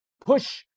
push